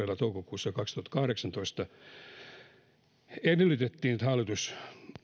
toukokuussa kaksituhattakahdeksantoista todella edellytettiin että hallitus